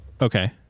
Okay